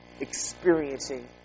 experiencing